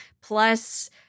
plus